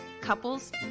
couples